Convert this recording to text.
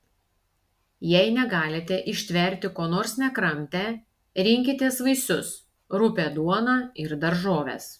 jei negalite ištverti ko nors nekramtę rinkitės vaisius rupią duoną ir daržoves